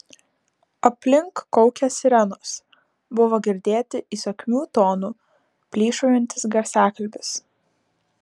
aplink kaukė sirenos buvo girdėti įsakmiu tonu plyšaujantis garsiakalbis